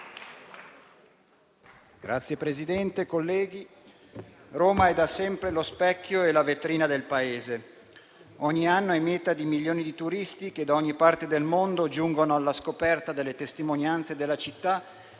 Signor Presidente, colleghi, Roma è da sempre lo specchio e la vetrina del Paese; ogni anno è meta di milioni di turisti che da ogni parte del mondo giungono alla scoperta delle testimonianze della città